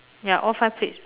ya all five plates